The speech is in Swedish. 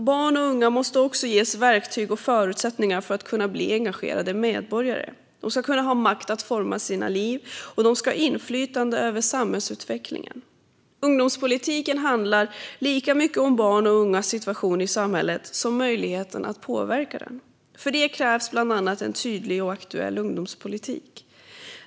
Barn och unga måste också ges verktyg och förutsättningar för att kunna bli engagerade medborgare. De ska ha makt att forma sina liv, och de ska ha inflytande över samhällsutvecklingen. Ungdomspolitiken handlar lika mycket om barns och ungas situation i samhället som om möjligheten att påverka den. För detta krävs bland annat en tydlig och aktuell ungdomspolitik.